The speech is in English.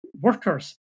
workers